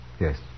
Yes